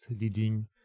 leading